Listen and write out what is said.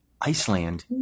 Iceland